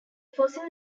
fossil